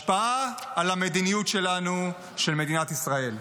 השפעה על המדיניות שלנו, של מדינת ישראל.